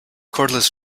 cordless